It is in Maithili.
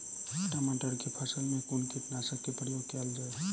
टमाटर केँ फसल मे कुन कीटनासक केँ प्रयोग कैल जाय?